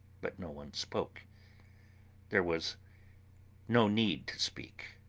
but no one spoke there was no need to speak